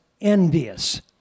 envious